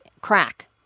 crack